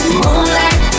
moonlight